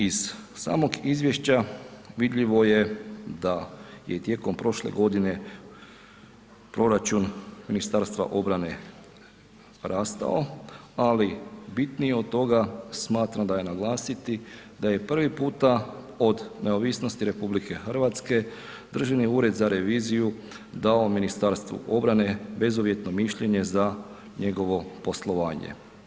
Iz samog izvješća vidljivo je da je tijekom prošle godine proračun Ministarstva obrane rastao, ali bitnije od toga smatram da je naglasiti da je prvi puta od neovisnosti RH Državni ured za reviziju dao Ministarstvu obrane bezuvjetno mišljenje za njegovo poslovanje.